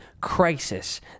crisis